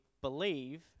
believe